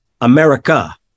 america